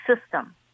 system